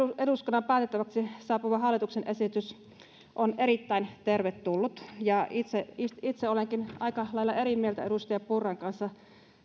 eduskunnan päätettäväksi saapuva hallituksen esitys on erittäin tervetullut ja itse itse olenkin aika lailla eri mieltä edustaja purran kanssa